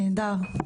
נהדר.